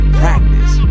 practice